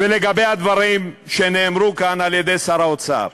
לגבי הדברים שנאמרו כאן על-ידי שר האוצר.